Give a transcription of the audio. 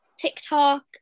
TikTok